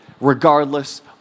regardless